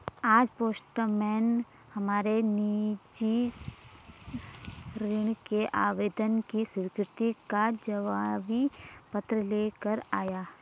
आज पोस्टमैन हमारे निजी ऋण के आवेदन की स्वीकृति का जवाबी पत्र ले कर आया